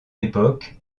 époque